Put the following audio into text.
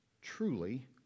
truly